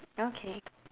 okay